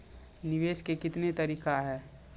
निवेश के कितने तरीका हैं?